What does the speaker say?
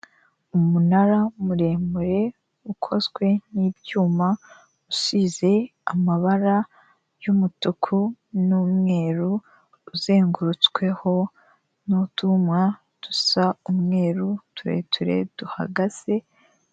Umunara muremure ukozwe n'ibyuma, usize amabara y'umutuku n'umweru, uzengurutsweho n'utwuma dusa umweru tureture duhagaze.